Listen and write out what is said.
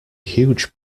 huge